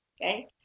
okay